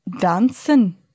Dancing